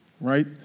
right